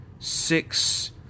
Six